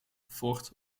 ford